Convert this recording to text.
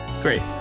Great